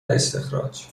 استخراج